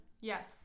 Yes